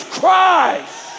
Christ